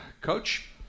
Coach